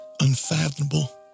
unfathomable